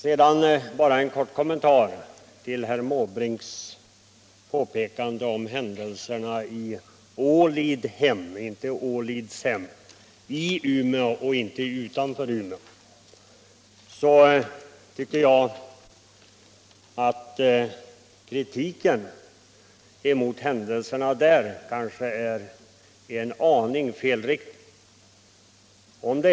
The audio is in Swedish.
Vidare bara en kort kommentar till herr Måbrinks påpekande om händelserna i Ålidhem — inte Ålidshem — i Umeå, alltså inte utanför Umeå. Jag tycker att kritiken med anledning av händelserna där är felriktad.